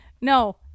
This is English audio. no